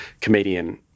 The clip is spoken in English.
comedian